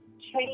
change